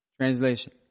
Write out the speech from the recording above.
Translation